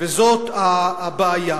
וזאת הבעיה.